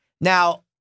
Now